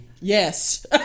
Yes